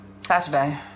Saturday